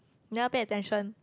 never pay attention